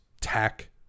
tech